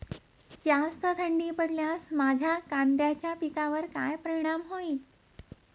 जास्त थंडी पडल्यास माझ्या कांद्याच्या पिकावर काय परिणाम होईल?